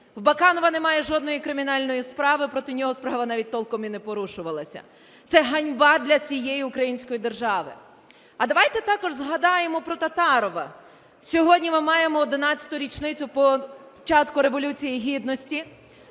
В Баканова немає жодної кримінальної справи, проти нього справа навіть толком і не порушувалася. Це ганьба для всієї української держави. А давайте також згадаємо про Татарова. Сьогодні ми маємо 11-у річницю початку Революції Гідності.